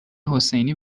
حسینی